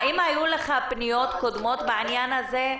האם היו לך פניות קודמות בעניין הזה?